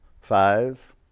Five